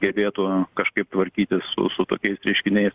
gebėtų kažkaip tvarkytis su su tokiais reiškiniais